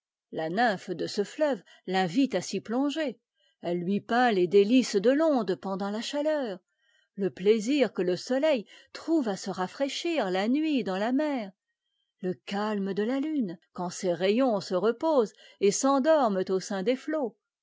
la nymphe de ce fleuve l'invite à s'y plonger elle lui peint les délices de l'onde pendant la chaleur le plaisir que le soleil trouve à se rafraîchir la nuit dans la mer le calme de la lune quand ses rayons se reposent et s'endorment au sein des flots